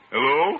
Hello